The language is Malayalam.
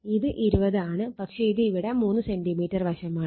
ഇത് 20 ആണ് പക്ഷെ ഇത് ഇവിടെ 3 സെന്റിമീറ്റർ വശമാണ്